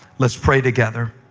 let's pray together.